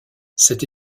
cette